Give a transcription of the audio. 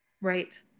Right